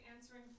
answering